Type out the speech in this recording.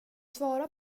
svara